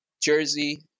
Jersey